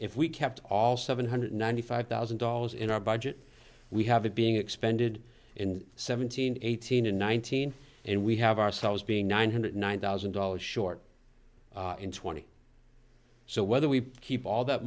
if we kept all seven hundred ninety five thousand dollars in our budget we have it being expended in seventeen eighteen and nineteen and we have ourselves being nine hundred nine thousand dollars short in twenty so whether we keep all that